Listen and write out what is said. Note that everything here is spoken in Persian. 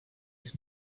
این